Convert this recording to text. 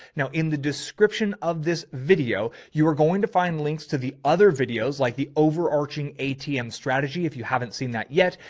now, in the description of this video, you are going to find links to the other videos like the. overarching atm strategy. if you haven't seen that yet.